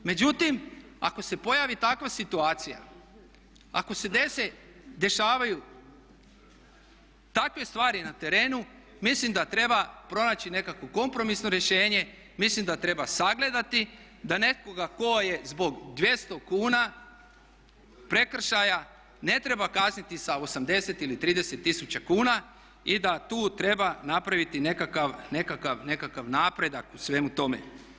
Međutim, ako se pojavi takva situacija, ako se dešavaju takve stvari na terenu mislim da treba pronaći nekakvo kompromisno rješenje, mislim da treba sagledati da nekoga tko je zbog 200 kn prekršaja ne treba kazniti sa 80 ili 30 000 kn i da tu treba napraviti nekakav napredak u svemu tome.